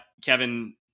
Kevin